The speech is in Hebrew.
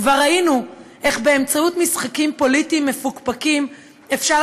כבר ראינו איך באמצעות משחקים פוליטיים מפוקפקים אפשר